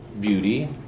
beauty